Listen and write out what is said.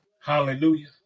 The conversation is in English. Hallelujah